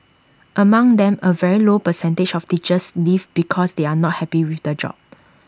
among them A very low percentage of teachers leave because they are not happy with the job